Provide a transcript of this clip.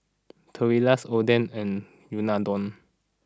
Tortillas Oden and Unadon